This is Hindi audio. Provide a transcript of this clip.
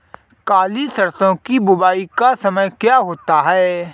काली सरसो की बुवाई का समय क्या होता है?